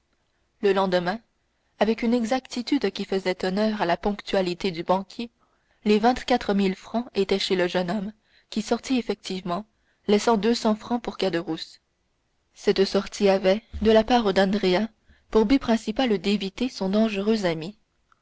le lendemain avec une exactitude qui faisait honneur à la ponctualité du banquier les vingt-quatre mille francs étaient chez le jeune homme qui sortit effectivement laissant deux cents francs pour caderousse cette sortie avait de la part d'andrea pour but principal d'éviter son dangereux ami